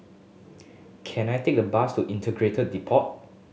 can I take the bus to Integrated Depot